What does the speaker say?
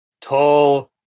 tall